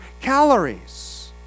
calories